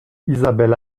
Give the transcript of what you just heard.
isabelle